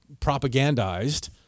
propagandized